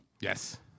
Yes